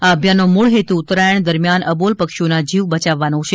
આ અભિયાનનો મૂળ હેતુ ઉત્તરાયણ દરમિયાન અબોલ પક્ષીઓના જીવ બચાવવાનો છે